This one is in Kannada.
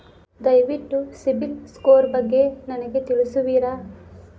ದಯವಿಟ್ಟು ಸಿಬಿಲ್ ಸ್ಕೋರ್ ಬಗ್ಗೆ ನನಗೆ ತಿಳಿಸುವಿರಾ?